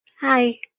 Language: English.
Hi